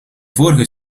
vorige